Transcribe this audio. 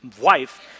wife